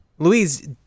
Louise